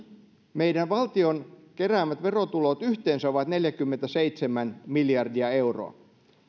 valtion keräämät verotulot yhteensä ovat neljäkymmentäseitsemän miljardia euroa